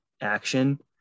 action